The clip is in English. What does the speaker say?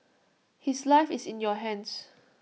his life is in your hands